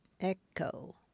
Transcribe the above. Echo